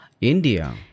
India